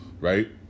right